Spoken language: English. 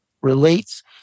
relates